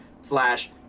slash